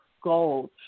goals